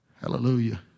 Hallelujah